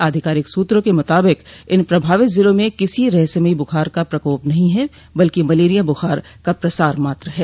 आधिकारिक सूत्रों के मुताबिक इन प्रभावित जिलों म किसी रहस्यमयी बुखार का प्रकोप नहीं है बल्कि मलेरिया बुखार का प्रसार मात्र है